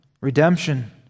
redemption